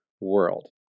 world